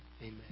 Amen